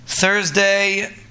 Thursday